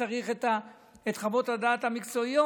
וצריך את חוות הדעת המקצועיות.